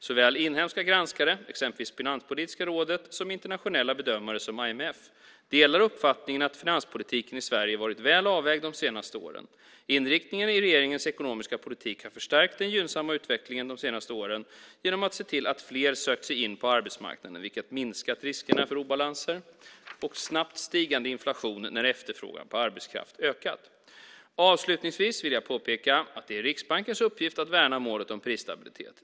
Såväl inhemska granskare, exempelvis Finanspolitiska rådet, som internationella bedömare som IMF, delar uppfattningen att finanspolitiken i Sverige varit väl avvägd de senaste åren. Inriktningen i regeringens ekonomiska politik har förstärkt den gynnsamma utvecklingen de senaste åren genom att se till att fler sökt sig in på arbetsmarknaden vilket minskat risken för obalanser och snabbt stigande inflation när efterfrågan på arbetskraft ökat. Avslutningsvis vill jag påpeka att det är Riksbankens uppgift att värna målet om prisstabilitet.